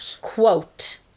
Quote